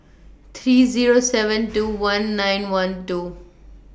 three Zero seven two one nine one two